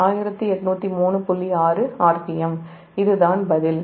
என்பதுதான் பதில்